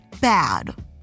bad